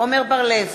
עמר בר-לב,